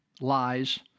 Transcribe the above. lies